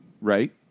right